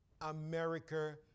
America